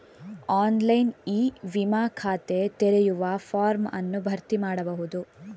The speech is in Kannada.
ಆನ್ಲೈನ್ ಇ ವಿಮಾ ಖಾತೆ ತೆರೆಯುವ ಫಾರ್ಮ್ ಅನ್ನು ಭರ್ತಿ ಮಾಡಬಹುದು